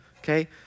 Okay